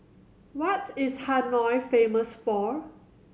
what is Hanoi famous for